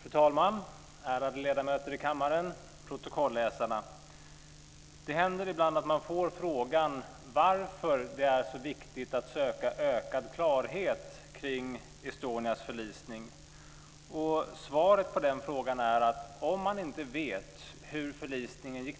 Fru talman! Ärade ledamöter i kammaren! Protokollsläsare! Det händer ibland att man får frågan varför det är så viktigt att söka ökad klarhet kring Estonias förlisning. Svaret på den frågan är att om man inte vet hur förlisningen